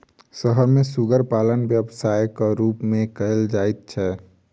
शहर मे सुग्गर पालन व्यवसायक रूप मे कयल जाइत छै